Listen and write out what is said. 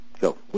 Go